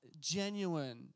genuine